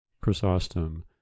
chrysostom